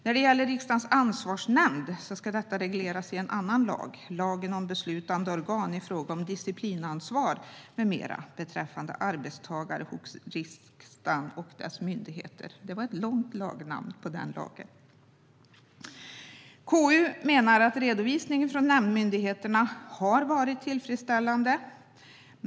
När det gäller Riksdagens ansvarsnämnd ska detta regleras i en annan lag, lagen om beslutande organ i frågor om disciplinansvar m.m. beträffande arbetstagare hos riksdagen och dess myndigheter - en lag med ett långt namn. Konstitutionsutskottet menar att redovisningen från nämndmyndigheterna har varit tillfredsställande.